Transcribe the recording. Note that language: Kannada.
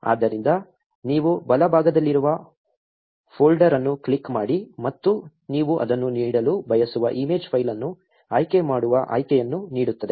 ಆದ್ದರಿಂದ ನೀವು ಬಲಭಾಗದಲ್ಲಿರುವ ಫೋಲ್ಡರ್ ಅನ್ನು ಕ್ಲಿಕ್ ಮಾಡಿ ಮತ್ತು ನೀವು ಅದನ್ನು ನೀಡಲು ಬಯಸುವ ಇಮೇಜ್ ಫೈಲ್ ಅನ್ನು ಆಯ್ಕೆ ಮಾಡುವ ಆಯ್ಕೆಯನ್ನು ನೀಡುತ್ತದೆ